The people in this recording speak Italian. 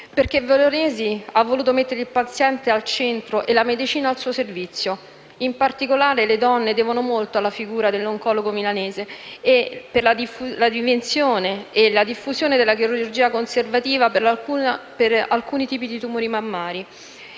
ha infatti voluto mettere il paziente al centro e la medicina al suo servizio. In particolare, le donne devono molto alla figura dell'oncologo milanese, per la dimensione e la diffusione della chirurgia conservativa per alcuni tipi di tumori mammari.